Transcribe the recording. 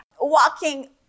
walking